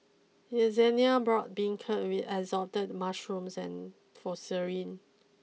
Yessenia brought Beancurd with assorted Mushrooms and for